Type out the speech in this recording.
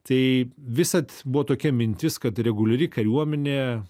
tai visad buvo tokia mintis kad reguliari kariuomenė